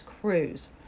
Cruise